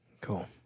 Cool